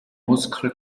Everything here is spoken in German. muskel